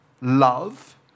love